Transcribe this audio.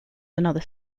another